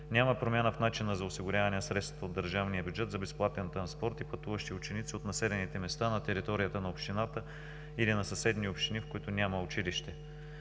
Няма промяна в начина за осигуряване на средствата от държавния бюджет за безплатен транспорт на пътуващи ученици от населените места на територията на общината или на съседни общини, в които няма училище.